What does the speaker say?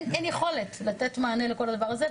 יכולת לתת מענה לכל הדבר הזה,